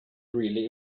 really